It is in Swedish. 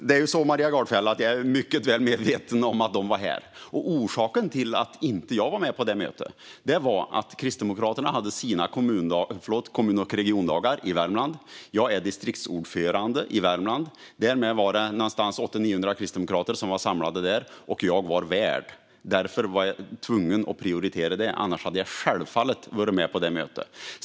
Herr talman! Jag är mycket väl medveten om att de var här, Maria Gardfjell. Orsaken till att jag inte var med på mötet var att Kristdemokraterna hade sina kommun och regiondagar i Värmland då, och jag är distriktsordförande där. Det var 800-900 kristdemokrater samlade där, och jag var värd. Jag var därför tvungen att prioritera detta. Annars hade jag självfallet varit med på mötet.